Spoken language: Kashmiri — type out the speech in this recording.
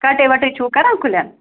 کَٹٲے وَٹٲے چھُو کَران کُلٮ۪ن